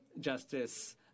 Justice